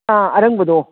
ꯑꯥ ꯑꯔꯪꯕꯗꯣ